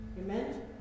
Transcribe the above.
Amen